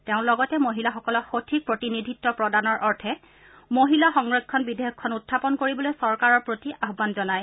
তেওঁ লগতে মহিলাসকলক সঠিক প্ৰতিনিধিত্ব প্ৰদানৰ অৰ্থে মহিলা সংৰক্ষণ বিধেয়কখন উখাপন কৰিবলৈ চৰকাৰৰ প্ৰতি আহান জনায়